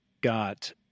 got